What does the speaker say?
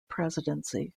presidency